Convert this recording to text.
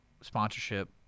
sponsorship